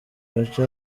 gace